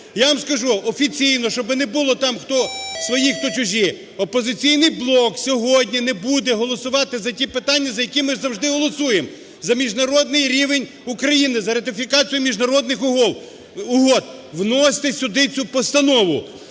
Я вам скажу офіційно, щоб не було, там, хто свої, хто чужі, "Опозиційний блок" сьогодні не буде голосувати за ті питання, за які ми завжди голосуємо, – за міжнародний рівень України, за ратифікацію міжнародних угод. Вносьте сюди цю постанову.